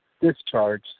discharge